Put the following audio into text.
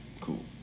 cool